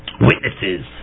Witnesses